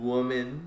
Woman